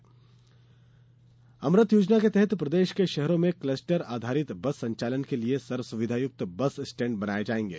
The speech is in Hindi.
अमृत योजना अमृत योजना के तहत प्रदेश के शहरों में क्लस्टर आधारित बस संचालन के लिये सर्व सुविधायुक्त बस स्टैण्ड बनाये जायेंगे